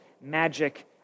Magic